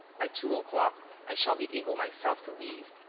by two o'clock i shall be able myself to leave,